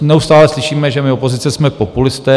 Neustále slyšíme, že my, opozice, jsme populisté.